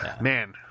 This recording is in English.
man